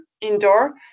indoor